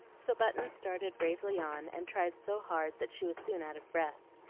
so button started bravely on, and tried so hard that she was soon out of breath.